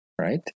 right